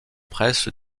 presse